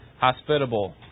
hospitable